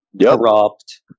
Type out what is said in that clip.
corrupt